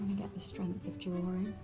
get the strength of jaw